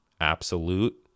absolute